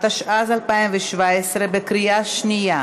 התשע"ז 2017, בקריאה שנייה.